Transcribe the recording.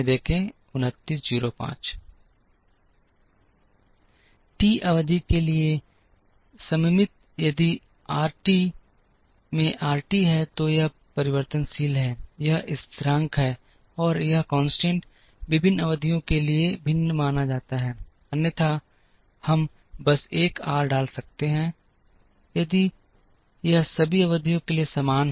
T अवधि के लिए सममित यदि r आरटी में RT है तो यह परिवर्तनशील है यह स्थिरांक है और यह स्थिरांक विभिन्न अवधियों के लिए भिन्न माना जाता है अन्यथा हम बस एक r डाल सकते हैं यदि यह सभी अवधियों के लिए समान है